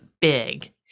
big